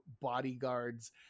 bodyguards